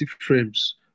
frames